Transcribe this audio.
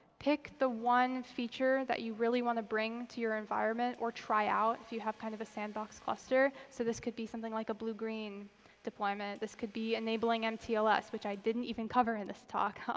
pick the one feature that you really want to bring to your environment or try out if you have kind of a sandbox cluster. so this could be something like a blue green deployment. this could be enabling mtls, which i didn't even cover in this talk. um